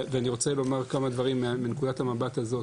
ואני רוצה לומר כמה דברים מנקודת המבט הזאת.